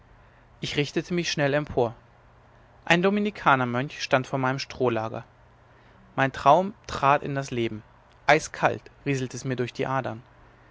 ich richtete mich schnell empor ein dominikanermönch stand vor meinem strohlager mein traum trat in das leben eiskalt rieselte es mir durch die adern